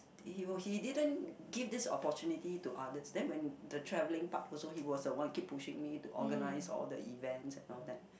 he will he didn't give this opportunity to others then when the travelling part also he was the one keep pushing me to organise all the events and all that